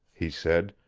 he said,